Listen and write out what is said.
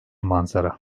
manzara